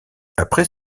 après